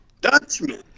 Dutchman